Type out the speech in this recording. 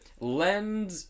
Lend